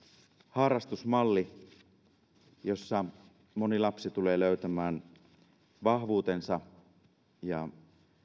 harrastusmalli jossa moni lapsi tulee löytämään vahvuutensa ja